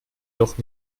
doch